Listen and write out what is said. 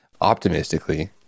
optimistically